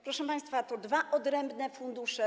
Proszę państwa, to dwa odrębne fundusze.